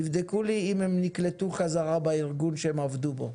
תבדקו לי אם הם נקלטו חזרה בארגון שהם עבדו בו.